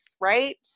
right